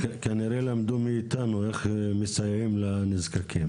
הם כנראה למדו מאיתנו איך מסייעים לנזקקים.